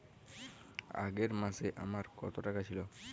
আগের মাসে আমার কত টাকা ছিল?